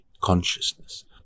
consciousness